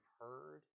heard